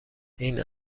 این